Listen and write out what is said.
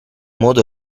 modo